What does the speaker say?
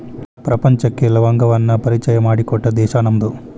ಪ್ರಪಂಚಕ್ಕೆ ಲವಂಗವನ್ನಾ ಪರಿಚಯಾ ಮಾಡಿಕೊಟ್ಟಿದ್ದ ದೇಶಾ ನಮ್ದು